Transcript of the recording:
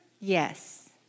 Yes